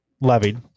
levied